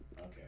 Okay